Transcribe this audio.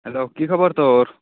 hello কি খবৰ তোৰ